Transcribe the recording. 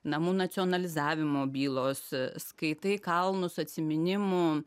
namų nacionalizavimo bylos skaitai kalnus atsiminimų